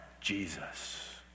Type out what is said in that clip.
Jesus